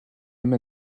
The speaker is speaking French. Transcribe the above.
même